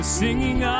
singing